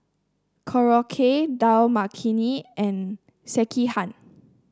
Korokke Dal Makhani and Sekihan